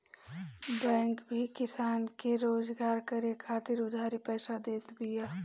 bank भी किसान के रोजगार करे खातिर उधारी पईसा देत बिया